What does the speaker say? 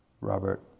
Robert